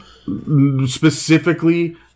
Specifically